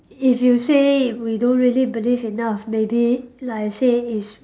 if you say we don't really believe enough maybe like I say is